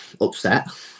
upset